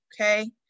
okay